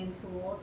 tool